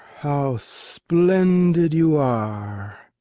how splendid you are!